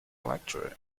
lecturer